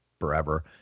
forever